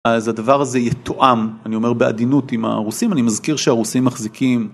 אז הדבר הזה יתואם, אני אומר בעדינות עם הרוסים, אני מזכיר שהרוסים מחזיקים...